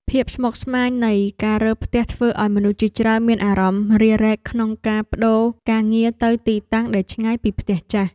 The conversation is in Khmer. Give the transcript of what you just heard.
ភាពស្មុគស្មាញនៃការរើផ្ទះធ្វើឱ្យមនុស្សជាច្រើនមានអារម្មណ៍រារែកក្នុងការប្ដូរការងារទៅទីតាំងដែលឆ្ងាយពីផ្ទះចាស់។